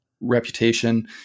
reputation